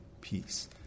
peace